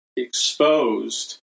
Exposed